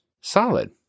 solid